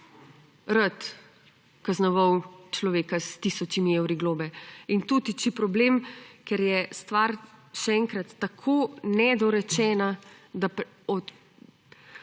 rad kaznoval človeka s tisočimi evri globe. In tu tišči problem, ker je stvar, še enkrat, tako nedorečena, da